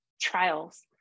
trials